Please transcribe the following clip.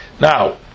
Now